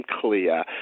clear